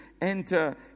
enter